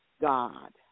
God